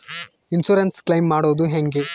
Insurance claim ಮಾಡದು ಹೆಂಗೆ?